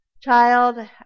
child